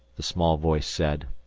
the small voice said.